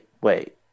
wait